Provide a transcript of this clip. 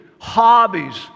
hobbies